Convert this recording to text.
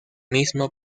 mismo